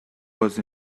was